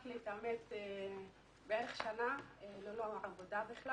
הייתי כשנה ללא עבודה.